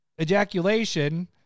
ejaculation